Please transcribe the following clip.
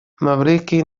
маврикий